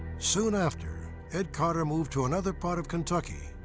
soon after, ed carter moved to another part of kentucky.